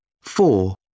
Four